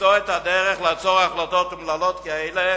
למצוא את הדרך לעצור החלטות אומללות כאלה